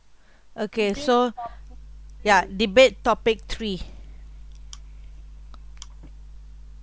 okay so ya debate topic three